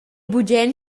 bugen